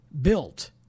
built